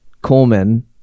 Coleman